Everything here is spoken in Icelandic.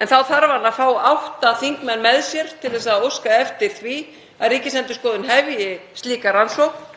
en þá þarf hann að fá átta þingmenn með sér til að óska eftir því að Ríkisendurskoðun hefji slíka rannsókn.